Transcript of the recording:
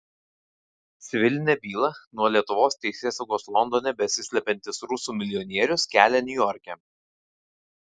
civilinę bylą nuo lietuvos teisėsaugos londone besislepiantis rusų milijonierius kelia niujorke